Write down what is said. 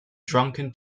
drunken